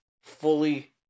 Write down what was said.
fully